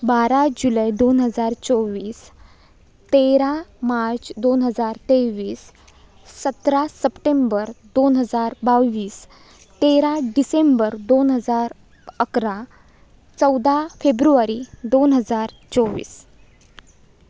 बारा जुलै दोन हजार चोवीस तेरा मार्च दोन हजार तेवीस सतरा सप्टेंबर दोन हजार बावीस तेरा डिसेम्बर दोन हजार अकरा चौदा फेब्रुवारी दोन हजार चोवीस